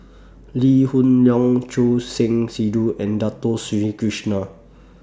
Lee Hoon Leong Choor Singh Sidhu and Dato Sri Krishna